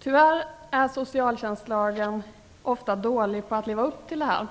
Tyvärr är man vid tillämpning av socialtjänstlagen ofta dålig på att leva upp till detta.